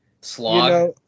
slog